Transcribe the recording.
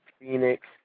Phoenix